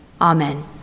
Amen